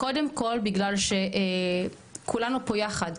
קודם כל בגלל שכולנו פה יחד,